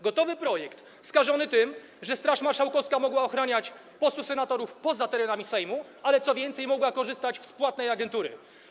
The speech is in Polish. Gotowy projekt skażony tym, że Straż Marszałkowska mogła ochraniać posłów i senatorów poza terenem Sejmu, ale co więcej, mogła korzystać z płatnej agentury.